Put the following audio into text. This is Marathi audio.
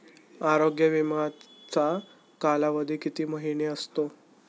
आरोग्य विमाचा कालावधी किती महिने असतो?